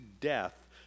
death